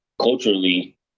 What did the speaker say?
culturally